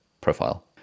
profile